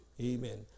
Amen